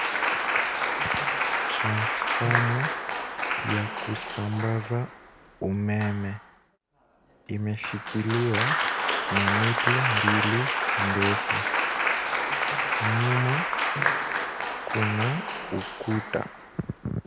Transfoma ya kusambaza umeme. Imeshikiliwa na miti mbili ndefu. Nyuma kuna ukuta.